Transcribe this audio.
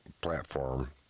platform